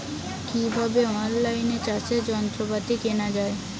কিভাবে অন লাইনে চাষের যন্ত্রপাতি কেনা য়ায়?